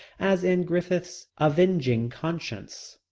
as in griffith's avenging conscience,